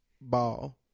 ball